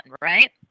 right